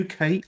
UK